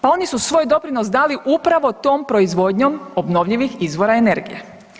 Pa oni su svoj doprinos dali upravo tom proizvodnjom obnovljivih izvora energije.